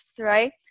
right